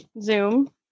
Zoom